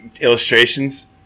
illustrations